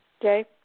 Okay